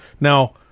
Now